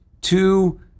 two